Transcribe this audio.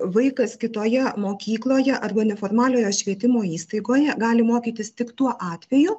vaikas kitoje mokykloje arba neformaliojo švietimo įstaigoje gali mokytis tik tuo atveju